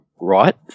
right